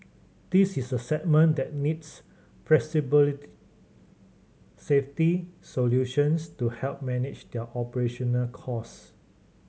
this is a segment that needs flexible safety solutions to help manage their operational costs